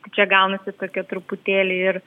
kaip čia gaunasi tokia truputėlį ir